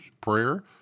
prayer